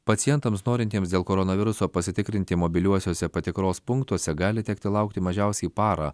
pacientams norintiems dėl koronaviruso pasitikrinti mobiliuosiuose patikros punktuose gali tekti laukti mažiausiai parą